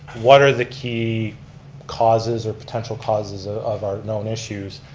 what are the key causes or potential causes ah of our known issues,